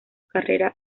carrera